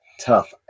tough